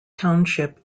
township